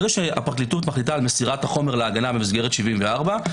ברגע שהפרקליטות מחליטה על מסירת החומר להגנה במסגרת 74,